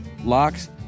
locks